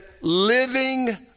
living